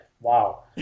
Wow